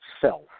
self